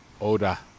Oda